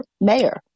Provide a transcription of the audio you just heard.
mayor